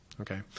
okay